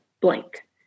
blank